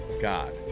God